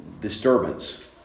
disturbance